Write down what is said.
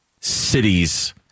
cities –